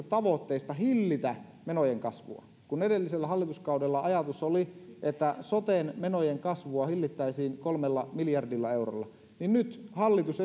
tavoitteista hillitä menojen kasvua edellisellä hallituskaudella ajatus oli että soten menojen kasvua hillittäisiin kolmella miljardilla eurolla ja nyt hallitus